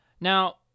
Now